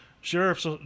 Sheriff's